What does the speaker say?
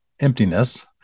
emptiness